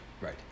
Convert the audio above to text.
Right